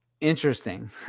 interesting